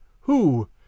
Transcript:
who